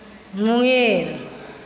Munger